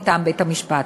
מטעם בית-המשפט.